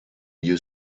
you